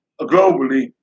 globally